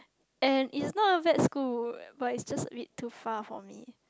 and it's not a bad school but it's just a bit too far for me